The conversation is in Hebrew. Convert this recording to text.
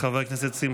חברי הכנסת,